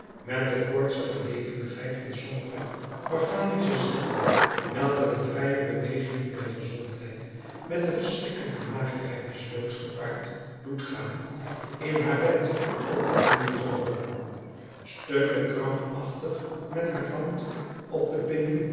met de koortsige levendigheid van sommige organische ziekten welke de vrije bewegingen der gezondheid met de verschrikkelijke magerheid des doods gepaard doet gaan in haar bed op de knieën geworpen steunde krampachtig met haar hand op de